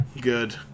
Good